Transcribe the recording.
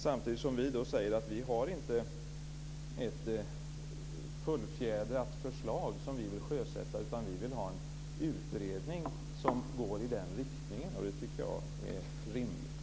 Samtidigt säger vi att vi inte har ett fullfjädrat förslag som vi vill sjösätta, utan vi vill ha en utredning som går i den riktningen. Det tycker jag är rimligt.